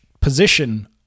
position